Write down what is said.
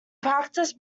practice